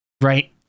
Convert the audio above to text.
right